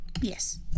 Yes